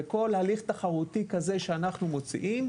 בכל ההליך תחרותי כזה שאנחנו מוציאים,